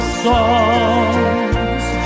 songs